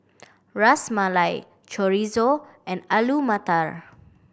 Ras Malai Chorizo and Alu Matar